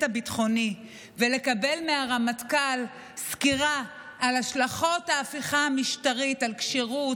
הביטחוני ולקבל מהרמטכ"ל סקירה על השלכות ההפיכה המשטרית על כשירות,